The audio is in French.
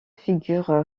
figure